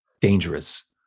dangerous